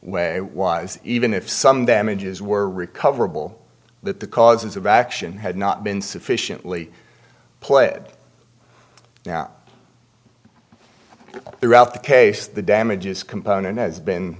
was even if some damages were recoverable that the causes of action had not been sufficiently play now throughout the case the damages component has been